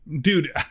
dude